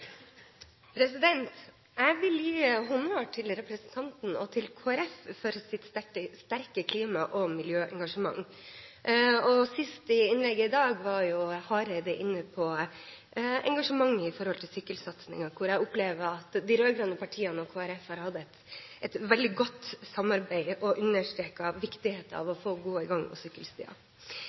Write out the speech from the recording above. replikkordskifte. Jeg vil gi honnør til representanten og til Kristelig Folkeparti for deres sterke klima- og miljøengasjement. Mot slutten av innlegget sitt i dag var Hareide inne på engasjementet for sykkelsatsing. Der opplever jeg at de rød-grønne partiene og Kristelig Folkeparti har hatt et veldig godt samarbeid og understreket viktigheten av å få gode gang-